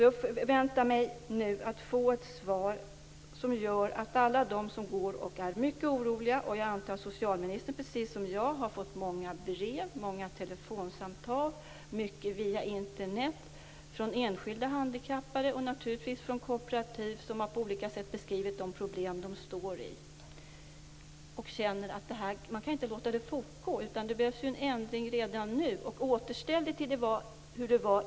Jag väntar mig nu att få ett svar till alla dem som går och är mycket oroliga. Jag antar att socialministern, precis som jag, har fått många brev, många telefonsamtal och mycket via Internet från enskilda handikappade och naturligtvis från kooperativ som på olika sätt har beskrivit vilka problem de har. Man kan inte låta det fortgå, utan det behövs en ändring redan nu. Återställ det till det som gällde innan!